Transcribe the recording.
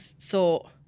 thought